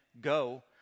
go